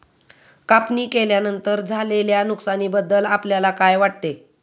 कापणी केल्यानंतर झालेल्या नुकसानीबद्दल आपल्याला काय वाटते?